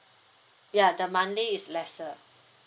ya the monthly is lesser